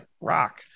rock